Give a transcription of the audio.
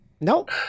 nope